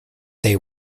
they